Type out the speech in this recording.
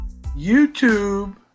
YouTube